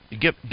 Get